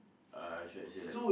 uh should I say like